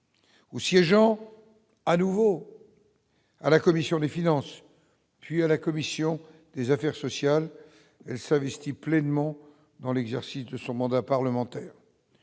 les gens à nouveau à la commission des finances, et puis à la commission des affaires sociales, Elsa pleinement dans l'exercice de son mandat parlementaire,